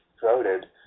voted